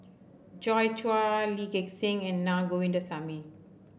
Joi Chua Lee Gek Seng and Naa Govindasamy